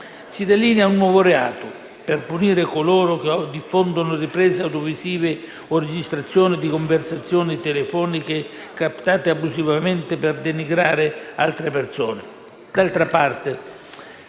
Si delinea un nuovo reato, per punire coloro che diffondono riprese audiovisive o registrazioni di conversazioni telefoniche captate abusivamente per denigrare altre persone.